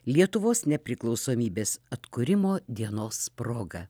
lietuvos nepriklausomybės atkūrimo dienos proga